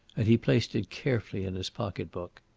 and he placed it carefully in his pocket-book.